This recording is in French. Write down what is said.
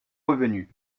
revenus